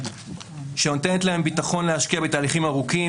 שנותנות להם ביטחון להשקיע בתהליכים ארוכים,